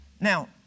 Now